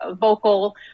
vocal